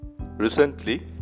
recently